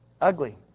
ugly